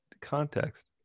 context